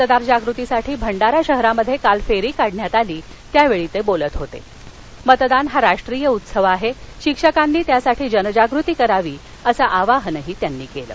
मतदार जागृतीसाठी भंडारा शहरात काल फ्री काढण्यात आली त्याप्रसंगी तक्रिलत होत उतदान हा राष्ट्रीय उत्सव आहक शिक्षकांनी मतदानाविषयी जनजागृती करावी असं आवाहनही त्यांनी कलि